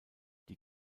die